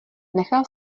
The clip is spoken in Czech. nechal